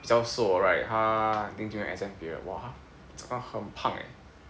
比较瘦的 right 他 I think during exam period !wah! 他很胖哦